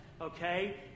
okay